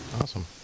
Awesome